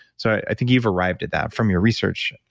so i think you've arrived at that from your research